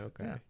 Okay